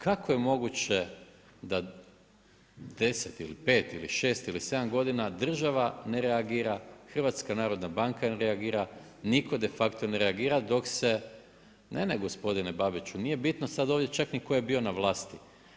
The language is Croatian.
Kako je moguće, da 10 ili 5 ili 6 ili 7 godina država ne reagira, HNB ne reagira, nitko de facto ne reagira, dok se, ne ne gospodine Babiću, nije bitno sad ovdje čak ni tko je bio na vlasti.